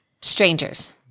strangers